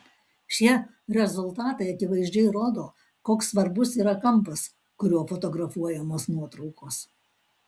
šie rezultatai akivaizdžiai rodo koks svarbus yra kampas kuriuo fotografuojamos nuotraukos